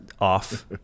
off